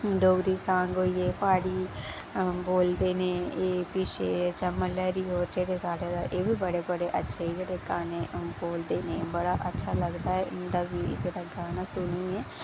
Dogri song होइये प्हाड़ी बोलदे न एह् पिच्छें चमन लहरी होर न साढ़े एह्बी बड़े पिच्छें नेहें बोलदे न बड़ा अच्छा लगदा ऐ ते इंदी भी जेह्ड़ा गाना सुनियै